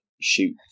shoot